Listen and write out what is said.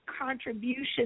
contribution